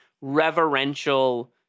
reverential